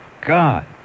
God